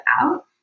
out